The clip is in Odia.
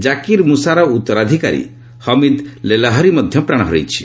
ଜାକିର୍ ମୁସାର ଉତ୍ତରାଧିକାରୀ ହମିଦ୍ ଲେଲହରୀ ମଧ୍ୟ ପ୍ରାଣ ହରାଇଛି